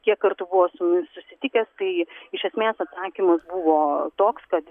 kiek kartų buvo susitikęs tai iš esmės atsakymas buvo toks kad